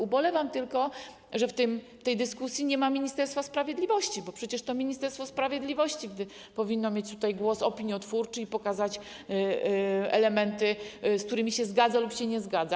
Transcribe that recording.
Ubolewam tylko, że w tej dyskusji nie ma Ministerstwa Sprawiedliwości, bo przecież to Ministerstwo Sprawiedliwości powinno mieć tutaj głos opiniotwórczy i pokazać elementy, z którymi się zgadza lub się nie zgadza.